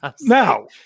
Now